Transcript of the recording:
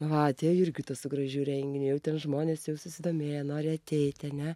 va atėjo jurgita su gražiu renginyje jau ten žmonės jau susidomėję nori ateiti ane